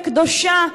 הקדושה,